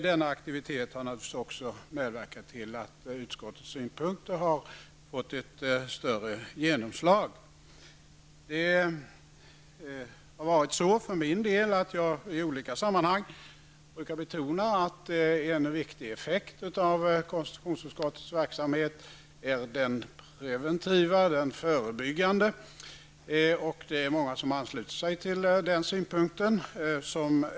Denna aktivitet har också medverkat till att utskottets synpunkter har fått ett större genomslag. Jag brukar i olika sammanhang betona att en viktig effekt av konstitutionsutskottets verksamhet är den preventiva, den förebyggande. Det är många som ansluter sig till den synpunkten.